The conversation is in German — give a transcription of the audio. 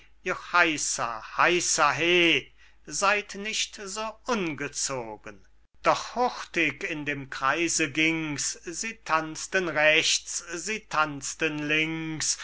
heisa he seyd nicht so ungezogen doch hurtig in dem kreise ging's sie tanzten rechts sie tanzten links